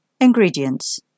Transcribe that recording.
Ingredients